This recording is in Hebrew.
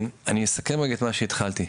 אני אסכם רגע את מה שהתחלתי.